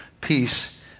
Peace